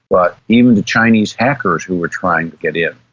but even the chinese hackers who were trying to get in.